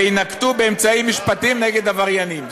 וינקטו באמצעים משפטיים נגד עבריינים.